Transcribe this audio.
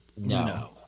No